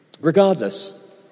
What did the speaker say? Regardless